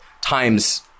times